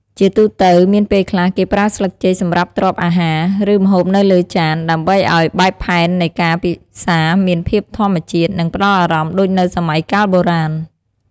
ជាទូទៅមានពេលខ្លះគេប្រើស្លឹកចេកសម្រាប់ទ្រាប់អាហារ ឬម្ហូបនៅលើចាន ដើម្បីអោយបែបផែននៃការពិសារមានភាពធម្មជាតិ និងផ្តល់អារម្មណ៍ដូចនៅសម័យកាលបុរាណ។